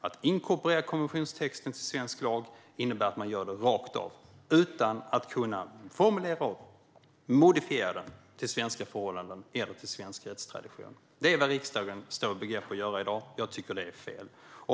Att inkorporera konventionstexten till svensk lag innebär att man gör det rakt av utan att kunna formulera om och modifiera den till svenska förhållanden eller till svensk rättstradition. Det är var riksdagen står i begrepp att göra i dag, och jag tycker att det är fel.